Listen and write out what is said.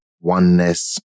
oneness